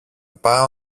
πάω